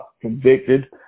convicted